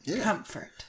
Comfort